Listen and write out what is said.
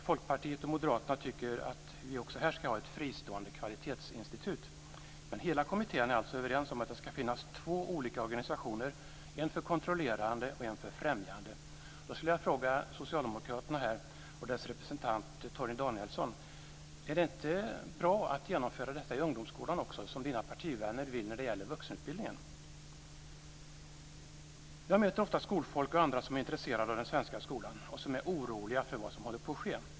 Folkpartiet och Moderaterna tycker att vi också här ska ha ett fristående kvalitetsinstitut, men hela kommittén är alltså överens om att det ska finnas två olika organisationer, en för kontrollerande och en för främjande. Jag skulle då vilja fråga Socialdemokraterna och dess representant Torgny Danielsson: Är det inte bra att genomföra detta i ungdomsskolan också, som Torgny Danielssons partivänner vill när det gäller vuxenutbildningen? Jag möter ofta skolfolk och andra som är intresserade av den svenska skolan och som är oroliga för vad som håller på att ske.